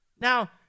Now